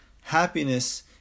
happiness